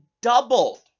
doubled